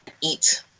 eat